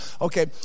Okay